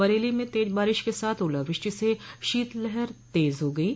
बरेली में तेज बारिश के साथ ओला वृष्टि से शीतलहर तेज हो गई है